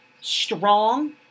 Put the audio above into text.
strong